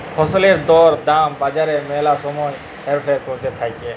ফসলের দর দাম বাজারে ম্যালা সময় হেরফের ক্যরতে থাক্যে